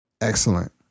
Excellent